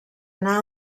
anar